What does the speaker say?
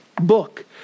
book